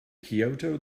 kyoto